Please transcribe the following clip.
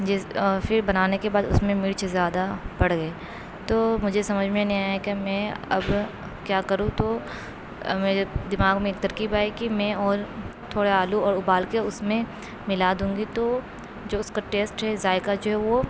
جس پھر بنانے کے بعد اس میں مرچ زیادہ پڑ گئے تو مجھے سمجھ میں نہیں آیا کہ میں اب کیا کروں تو میرے دماغ میں ایک ترکیب آئی کہ میں اور تھوڑے آلو اور ابال کے اس میں ملا دوں گی تو جو اس کا ٹیسٹ ہے ذائقہ جو ہے وہ